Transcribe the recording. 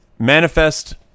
Manifest